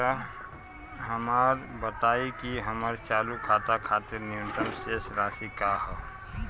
कृपया हमरा बताइं कि हमर चालू खाता खातिर न्यूनतम शेष राशि का ह